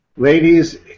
Ladies